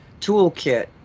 toolkit